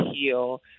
heal